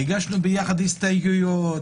הגשנו יחד הסתייגויות,